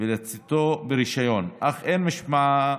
ולשאתו ברישיון אך אין משמעה